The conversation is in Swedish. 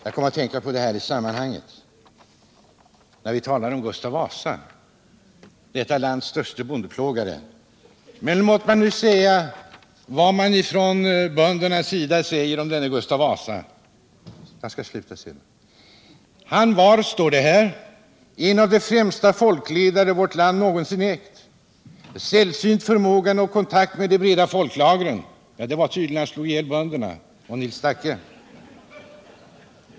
Jag kom att tänka på det i sammanhanget — när vi talar om Gustav Vasa, detta lands störste bondeplågare. Låt mig nu anföra vad man från böndernas sida säger om Gustav Vasa: ”En av de främsta folkledare vårt land någonsin ägt. Sällsynt förmåga nå kontakt med de breda folklagren.” Ja, det var tydligen när han slog ihjäl bönderna och Nils Dacke.